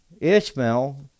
Ishmael